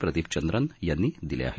प्रदीप चंद्रन यांनी दिले आहेत